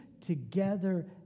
together